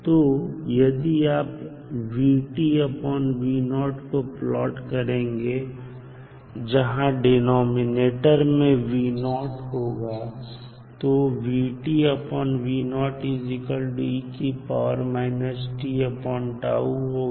तो यदि आप को प्लाट करते हैं जहां डिनॉमिनेटर में होगा तो होगा